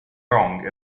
wrong